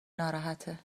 ناراحته